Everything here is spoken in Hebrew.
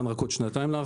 כמה זמן לקח להתחבר בנגב?